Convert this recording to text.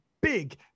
big